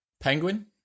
Penguin